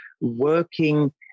working